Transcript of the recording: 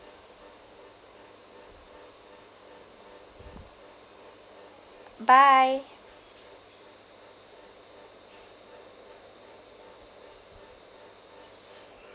bye